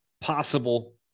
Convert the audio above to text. possible